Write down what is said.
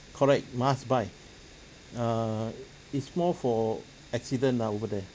correct must buy err it's more for accident lah over there